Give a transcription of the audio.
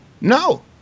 no